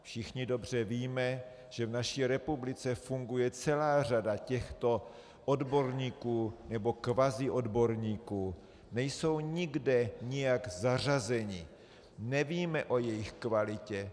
Všichni dobře víme, že v naší republice funguje celá řada těchto odborníků, nebo kvaziodborníků, nejsou nikde nijak zařazeni, nevíme o jejich kvalitě.